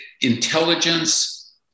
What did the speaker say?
intelligence